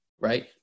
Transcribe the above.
right